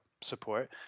support